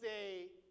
say